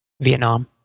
Vietnam